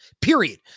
period